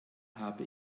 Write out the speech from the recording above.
habe